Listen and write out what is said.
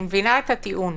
אני מבינה את הטיעון.